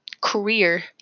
career